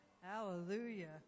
Hallelujah